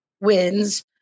wins